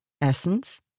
essence